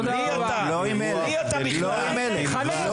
מי אתה מי אתה בכלל?, חנוך מי אתה שתקבע?